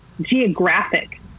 geographic